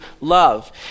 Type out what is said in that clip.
love